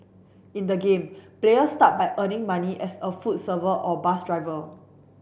in the game players start by earning money as a food server or bus driver